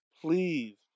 please